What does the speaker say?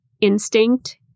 instinct